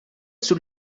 sus